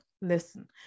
listen